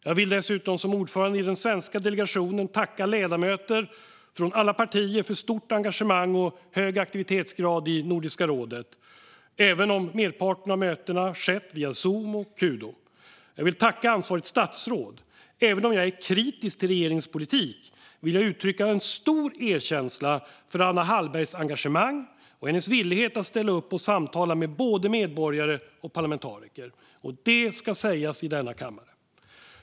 Jag vill dessutom som ordförande i den svenska delegationen tacka ledamöter från alla partier för stort engagemang och hög aktivitetsgrad i Nordiska rådet, även om merparten av mötena har skett via Zoom och Kudo. Jag vill tacka ansvarigt statsråd. Även om jag är kritisk till regeringens politik vill jag uttrycka stor erkänsla för Anna Hallbergs engagemang och hennes villighet att ställa upp och samtala med både medborgare och parlamentariker, och det ska sägas i denna kammare.